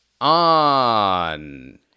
on